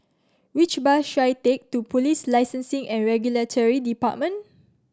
which bus should I take to Police Licensing and Regulatory Department